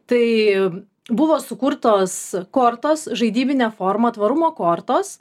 tai buvo sukurtos kortos žaidybinė forma tvarumo kortos